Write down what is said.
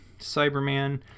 cyberman